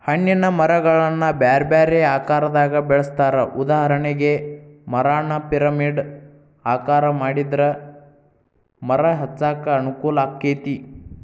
ಹಣ್ಣಿನ ಮರಗಳನ್ನ ಬ್ಯಾರ್ಬ್ಯಾರೇ ಆಕಾರದಾಗ ಬೆಳೆಸ್ತಾರ, ಉದಾಹರಣೆಗೆ, ಮರಾನ ಪಿರಮಿಡ್ ಆಕಾರ ಮಾಡಿದ್ರ ಮರ ಹಚ್ಚಾಕ ಅನುಕೂಲಾಕ್ಕೆತಿ